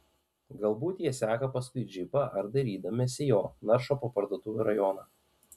galbūt jie seka paskui džipą ar dairydamiesi jo naršo po parduotuvių rajoną